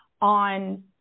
on